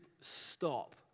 stop